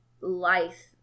life